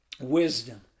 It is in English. wisdom